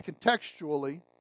contextually